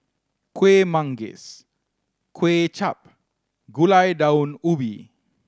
Kuih Manggis Kway Chap Gulai Daun Ubi